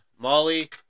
Molly